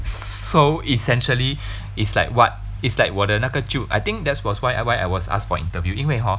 so essentially it's like what it's like 我的那个旧 I think that was why I was I was asked for interview 因为 hor